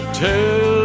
tell